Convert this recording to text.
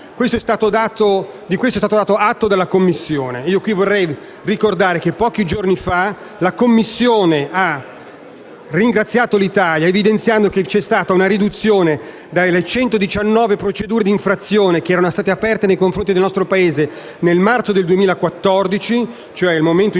di questo è stato dato atto da parte della Commissione europea. Vorrei ricordare che, pochi giorni, fa la Commissione europea ha ringraziato l'Italia, evidenziando che c'è stata una riduzione, dalle 119 procedure di infrazione che erano aperte nei confronti del nostro Paese nel marzo 2014 - ovvero nel momento in cui